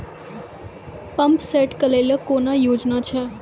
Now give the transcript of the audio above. Pump set केलेली कोनो योजना छ?